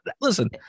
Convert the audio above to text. Listen